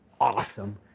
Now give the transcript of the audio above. Awesome